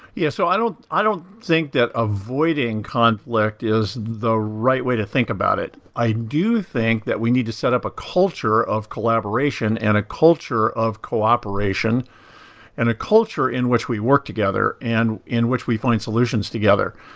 yeah. so i don't i don't think that avoiding conflict is the right way to think about it. i do think that we need to set up a culture of collaboration and a culture of cooperation and a culture in which we work together and in which we find solutions together.